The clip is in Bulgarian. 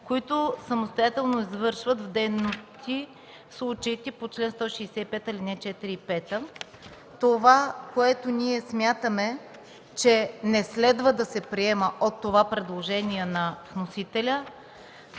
които самостоятелно извършват дейности в случаите по чл. 165, ал. 4 и 5. Онова, което ние смятаме, че не следва да се приема от това предложение на вносителя,